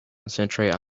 concentrate